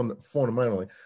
fundamentally